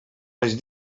les